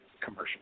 commercial